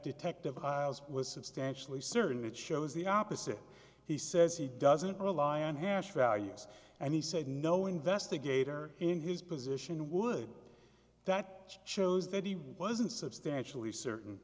detective was substantially certain it shows the opposite he says he doesn't rely on hansch values and he said no investigator in his position would that chose that he wasn't substantially certain